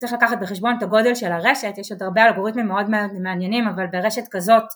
צריך לקחת בחשבון את הגודל של הרשת, יש עוד הרבה אלגוריתמים מאוד מעניינים אבל ברשת כזאת